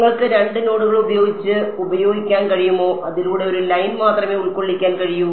നിങ്ങൾക്ക് 2 നോഡുകൾ ഉപയോഗിച്ച് ഉപയോഗിക്കാൻ കഴിയുമോ അതിലൂടെ ഒരു ലൈൻ മാത്രമേ ഉൾക്കൊള്ളിക്കാൻ കഴിയൂ